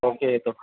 okay येतो